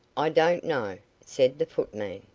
i don't know, said the footman,